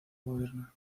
moderna